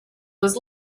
was